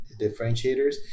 differentiators